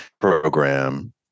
program